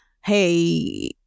Hey